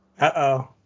Uh-oh